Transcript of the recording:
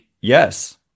yes